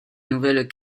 nouvelles